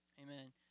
amen